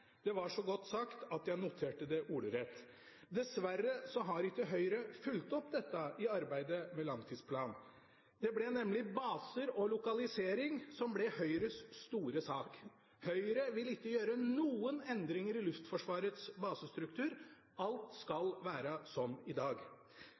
Det var så godt sagt at jeg noterte det ordrett. Dessverre har ikke Høyre fulgt opp dette i arbeidet med langtidsplanen. Det ble nemlig baser og lokalisering som ble Høyres store sak. Høyre vil ikke gjøre noen endringer i Luftforsvarets basestruktur – alt skal